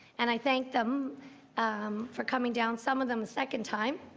and i thank them for coming down. some of them second time.